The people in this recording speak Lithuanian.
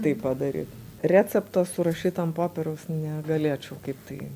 tai padaryt recepto surašyt ant popieriaus negalėčiau kaip tai